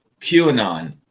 QAnon